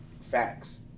Facts